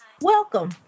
welcome